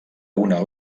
una